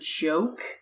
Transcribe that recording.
joke